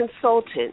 consultant